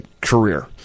career